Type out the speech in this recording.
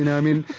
and i mean,